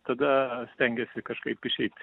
tada stengiesi kažkaip išeit